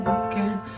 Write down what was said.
again